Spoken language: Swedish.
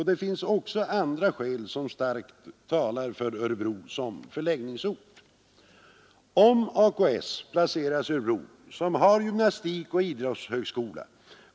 Det finns också andra skäl som starkt talar för Örebro som förläggningsort.